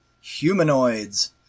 humanoids